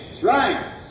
right